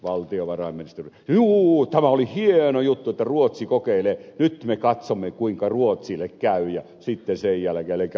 valtiovarainministeri sanoi että juu tämä oli hieno juttu että ruotsi kokeilee nyt me katsomme kuinka ruotsille käy ja sitten sen jälkeen